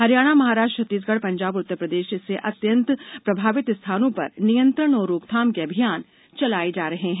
हरियाणा महाराष्ट्र छत्तीसगढ़ पंजाब और उत्तर प्रदेश में इससे अत्यन्त प्रभावित स्थानों पर नियंत्रण और रोकथाम के अभियान चलाए जा रहे हैं